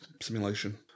simulation